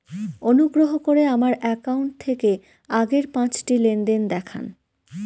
অনুগ্রহ করে আমার অ্যাকাউন্ট থেকে আগের পাঁচটি লেনদেন দেখান